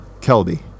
Kelby